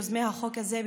יוזמי החוק הזה,